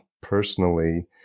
personally